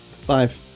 Five